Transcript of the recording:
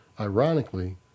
Ironically